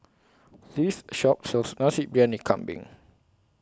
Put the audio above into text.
This Shop sells Nasi Briyani Kambing